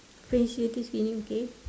facilities cleaning okay